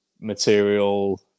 material